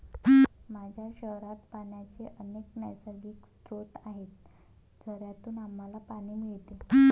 माझ्या शहरात पाण्याचे अनेक नैसर्गिक स्रोत आहेत, झऱ्यांतून आम्हाला पाणी मिळते